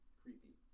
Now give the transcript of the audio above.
creepy